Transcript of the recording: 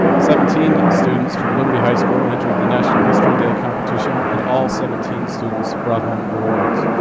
seventeen students from liberty high school entered the national history day competition. and all seventeen students brought home awards.